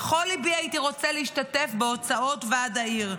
-- "בכל ליבי הייתי רוצה להשתתף בהוצאות ועד העיר,